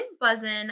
buzzing